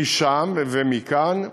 משם ומכאן.